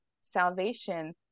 salvation